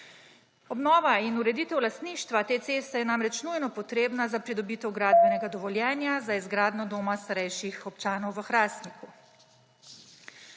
Obnova in ureditev lastništva te ceste sta namreč nujno potrebni za pridobitev gradbenega dovoljenja za izgradnjo doma starejših občanov v Hrastniku.